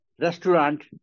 restaurant